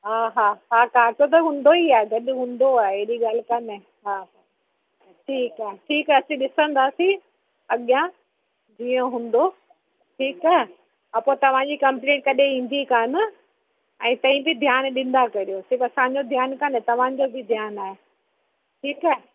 हा हा हा काटो त हुंदो ई आहे गॾु हूंदो आहे अहिड़ी ॻाल्हि काने हा ठीकु आहे ठीकु आहे असीं ॾिसंदासीं अॻियां जीअं हूंदो ठीकु आहे पोइ तव्हांजी कमप्लेंट कॾहिं ईंदी कान ऐं तईं बि ध्यानु ॾींदा कयो सिर्फ़ु असांजो ध्यानु कान तव्हांजो बि ध्यानु आहे ठीकु आहे